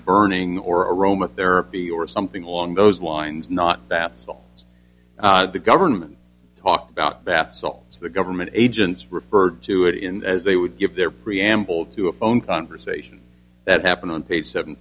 burning or aroma therapy or something along those lines not that small the government talked about bath salts the government agents referred to it in as they would give their preamble to a phone conversation that happened on page seven